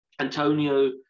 Antonio